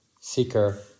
seeker